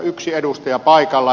yksi edustaja paikalla